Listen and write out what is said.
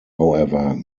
however